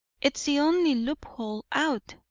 it's the only loophole out,